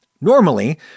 Normally